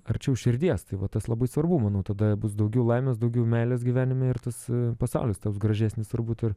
arčiau širdies tai va tas labai svarbu manau tada bus daugiau laimės daugiau meilės gyvenime ir tas pasaulis taps gražesnis turbūt ir